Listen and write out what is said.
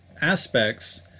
aspects